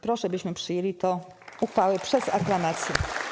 Proszę, byśmy przyjęli tę uchwałę przez aklamację.